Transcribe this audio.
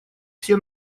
все